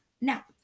now